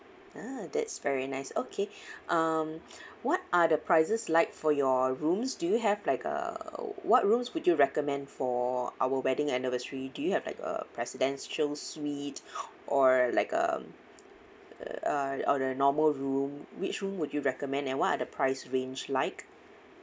ah that's very nice okay um what are the prices like for your rooms do you have like a what rooms would you recommend for our wedding anniversary do you have like a presidential suite or like um uh or the normal room which room would you recommend and what are the price range like